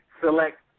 select